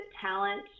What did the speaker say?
talent